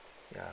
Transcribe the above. ya